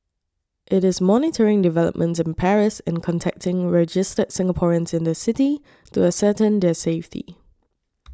it is monitoring developments in Paris and contacting registered Singaporeans in the city to ascertain their safety